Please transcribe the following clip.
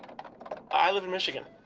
i live in michigan.